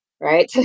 right